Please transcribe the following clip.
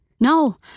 No